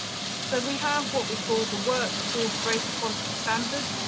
so we have what we call the workforce race equality standard,